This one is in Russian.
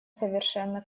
совершенно